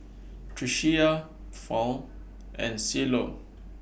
Tricia Fount and Cielo